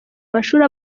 mashuri